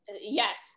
Yes